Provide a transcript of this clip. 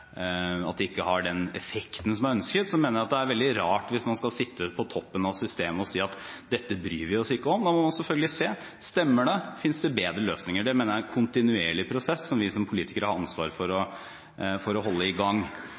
den effekten som er ønsket, mener jeg at det er veldig rart hvis man skal sitte på toppen av systemet og si at dette bryr vi oss ikke om. Da må man selvfølgelig se på om det stemmer, og om det finnes bedre løsninger. Det mener jeg er en kontinuerlig prosess som vi som politikere har ansvar for å holde i gang.